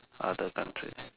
other countries